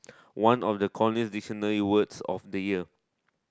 one of the Collin's Dictionary words of the year